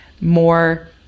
more